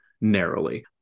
narrowly